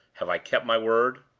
have i kept my word?